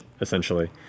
essentially